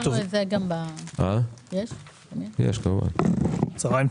צוהריים טובים,